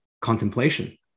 contemplation